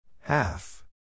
Half